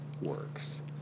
works